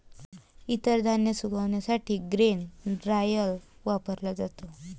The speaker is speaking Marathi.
इतर धान्य सुकविण्यासाठी ग्रेन ड्रायर वापरला जातो